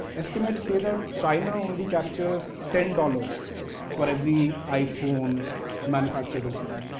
estimates say that china only captures ten dollars for every iphone manufactured and sold.